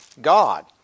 God